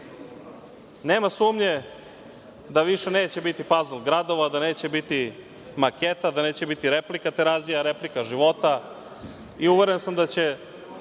sumnje da više neće biti pazl gradova, da neće biti maketa, da neće biti replika Terazija, replika života. Uveren sam da će